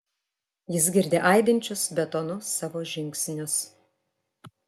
jis girdi aidinčius betonu savo žingsnius